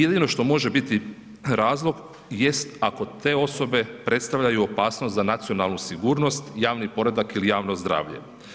Jedino što može biti razlog jest ako te osobe predstavljaju opasnost za nacionalnu sigurnost, javni poredak ili javno zdravlje.